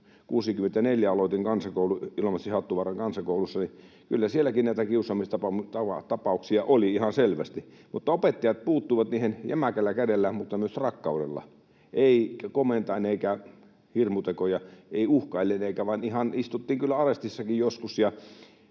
kansakoulun Ilomantsin Hattuvaaran kansakoulussa, sielläkin näitä kiusaamistapauksia oli ihan selvästi, mutta opettajat puuttuivat niihin jämäkällä kädellä mutta myös rakkaudella, eivät komentaen eivätkä hirmutekoja tehden, eivät uhkaillen, vaan ihan istuttiin kyllä arestissakin joskus